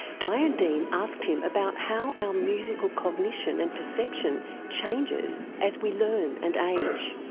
diane dean asked him about how our musical cognition and perception changes as we learn and age.